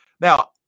Now